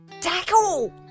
Tackle